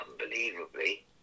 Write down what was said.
unbelievably